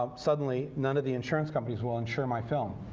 um suddenly none of the insurance companies will insure my film